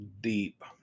deep